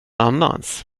annans